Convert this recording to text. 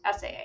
SAA